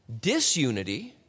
disunity